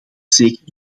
zeker